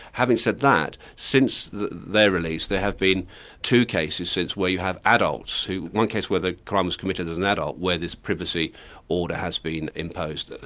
having said that, since their release, there have been two cases since where you have adults one case where the crime was committed as an adult where this privacy order has been imposed. ah